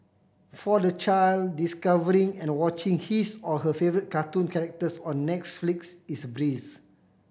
for the child discovering and watching his or her favourite cartoon characters on Netflix is a breeze